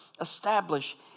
establish